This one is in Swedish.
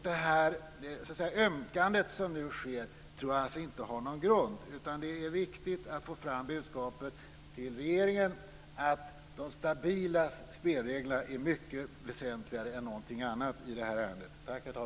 Det ömkande som nu sker tror jag alltså inte har någon grund, utan det är viktigt att få fram budskapet till regeringen att de stabila spelreglerna är mycket väsentligare än något annat i detta ärende. Tack, herr talman.